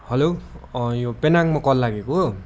hello यो पेनाङमा call लागेको हो